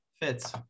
fits